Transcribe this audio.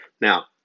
Now